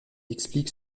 explique